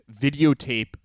videotape